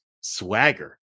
swagger